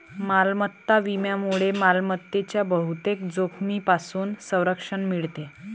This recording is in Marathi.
मालमत्ता विम्यामुळे मालमत्तेच्या बहुतेक जोखमींपासून संरक्षण मिळते